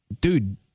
dude